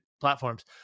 platforms